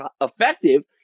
effective